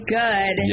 good